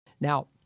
Now